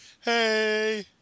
Hey